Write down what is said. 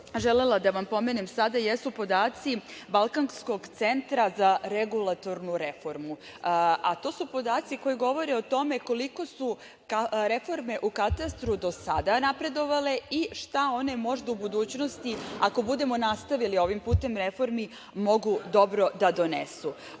želela da vam pomenem sada jesu podaci Balkanskog centra za regulatornu reformu. To su podaci koji govore o tome koliko su reforme u katastru do sada napredovale i šta one možda u budućnosti, ako budemo nastavili ovim putem reformi, mogu dobro da donesu.